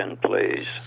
please